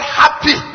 happy